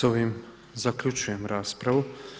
S ovim zaključujem raspravu.